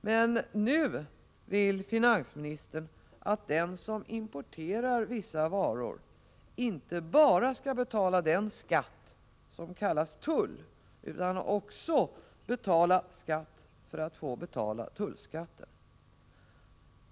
Men nu vill finansministern att den som importerar vissa varor inte bara skall betala den skatt som kallas tull utan också skall betala skatt för att få betala tullskatten.